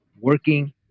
working